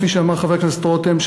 כפי שאמר חבר הכנסת רותם,